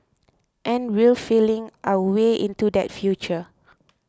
and we're feeling our way into that future